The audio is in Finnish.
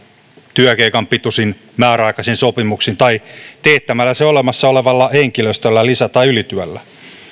työkeikan pituisin määräaikaisin sopimuksin tai teettämällä se olemassa olevalla henkilöstöllä lisä tai ylityönä